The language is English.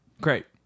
Great